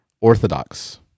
Orthodox